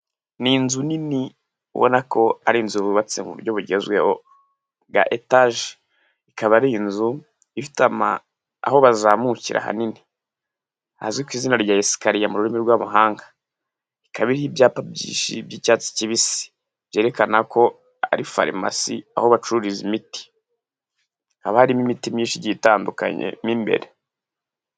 Ni inzu nini ubona ko ari inzu yubatse mu buryo bugezweho bwa etaje, ikaba ari inzu ifite aho bazamukira hanini hazwi ku izina rya esikariye mu rurimi rw'amahanga, ikabaha iriho ibyapa byinshi by'icyatsi kibisi, byerekana ko ari farumasi aho bacururiza imiti, haba harimo imiti myinshi igiye itandukanye mo imbere.